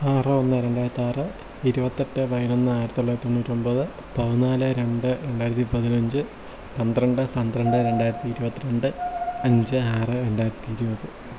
ആറ് ഒന്ന് രണ്ടായിരത്തി ആറ് ഇരുപത്തേട്ട് പതിനൊന്ന് ആയിരത്തി തൊള്ളായിരത്തി തൊണ്ണൂറ്റൊമ്പത് പതിനാല് രണ്ട് രണ്ടായിരത്തി പതിനഞ്ച് പന്ത്രണ്ട് പന്ത്രണ്ട് രണ്ടായിരത്തി ഇരുപത്തി രണ്ട് അഞ്ച് ആറ് രണ്ടായിരത്തി ഇരുപത്